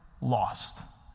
lost